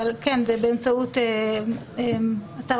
אבל אנחנו נתמודד עם האתגרים האלה.